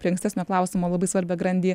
prie ankstesnio klausimo labai svarbią grandį